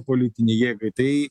politinei jėgai tai